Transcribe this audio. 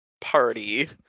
party